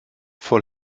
vor